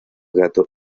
gato